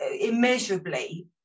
immeasurably